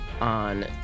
on